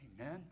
Amen